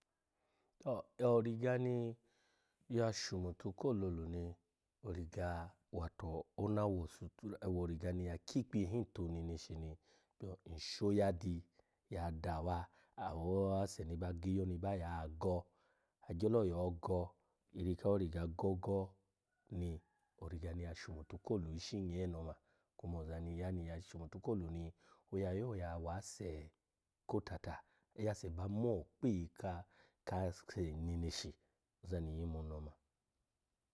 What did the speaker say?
To o-riga ni ya shomotu ko lolu ni, origa wato ona wo sutura ona wo origa ni ya kyikpiyen tu neneshi ni, so nsho yadi ya dawa awo-ase ni ba giyo ni ba ya go, agyolo yo go, iri kawo riga gogo ni, origa ni ya shumotu ko lu ishi nyee ni oma, kuma oza ya ni ya shumotu ko lu ni, oya yo ya wase kotata, ya ase ba mo kpi ka-kase neneshi, ozani nyyimu nu ni oma.